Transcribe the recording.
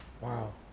Wow